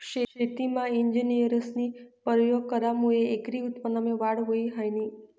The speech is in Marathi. शेतीमा इंजिनियरस्नी परयोग करामुये एकरी उत्पन्नमा वाढ व्हयी ह्रायनी